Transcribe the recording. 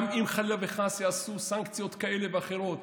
גם אם חלילה וחס יעשו סנקציות כאלה ואחרות,